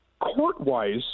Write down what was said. court-wise